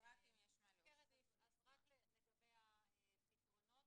רק לגבי הפתרונות.